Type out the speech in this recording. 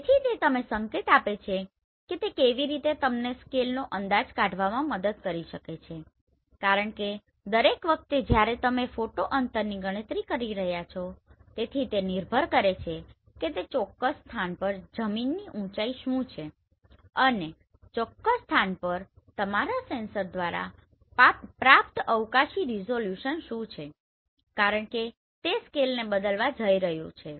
તેથી તે તમને સંકેત આપે છે કે તે કેવી રીતે તમને સ્કેલનો અંદાજ કાઢવામાં મદદ કરી શકે છે કારણ કે દરેક વખતે જ્યારે તમે ફોટો અંતરની ગણતરી કરી રહ્યા છો તેથી તે નિર્ભર કરે છે કે તે ચોક્કસ સ્થાન પર જમીનની ઊચાઇ શું છે અને ચોક્કસ સ્થાન પર તમારા સેન્સર દ્વારા પ્રાપ્ત અવકાશી રીઝોલ્યુશન શું છે કારણ કે તે સ્કેલને બદલવા જઇ રહ્યું છે